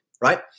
right